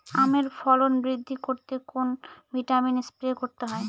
আমের ফলন বৃদ্ধি করতে কোন ভিটামিন স্প্রে করতে হয়?